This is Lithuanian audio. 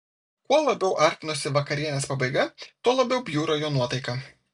kuo labiau artinosi vakarienės pabaiga tuo labiau bjuro jo nuotaika